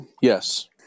Yes